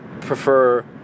prefer